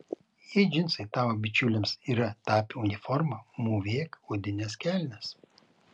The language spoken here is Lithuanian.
jei džinsai tavo bičiulėms yra tapę uniforma mūvėk odines kelnes